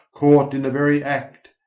caught in the very act,